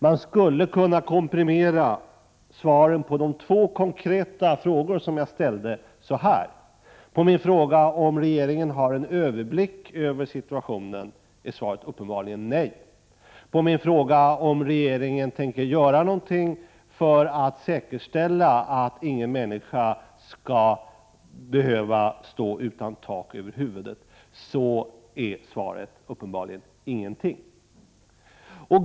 Man skulle kunna komprimera svaren på de två konkreta frågor som jag ställde så här: På min fråga om regeringen har en överblick över situationen är svaret uppenbarligen nej. På min fråga om regeringen tänker göra någonting för att säkerställa att ingen människa skall behöva stå utan tak över huvudet är svaret uppenbarligen ingenting.